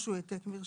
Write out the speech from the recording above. או שהוא העתק מרשם,